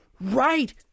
right